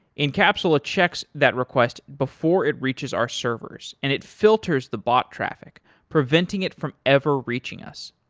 incapsula checks that request before it reaches our servers and it filters the bot traffic preventing it from ever reaching us.